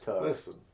Listen